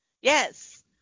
yes